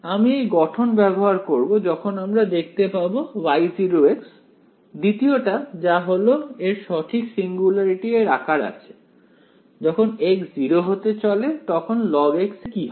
আমি এই গঠন ব্যবহার করব যখন আমরা দেখতে পাবো Y0 দ্বিতীয়টা যা হলো এর সঠিক সিঙ্গুলারিটি এর আকার আছে যখন x 0 হতে চলে তখন লগ x এর কি হয়